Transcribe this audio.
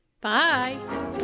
Bye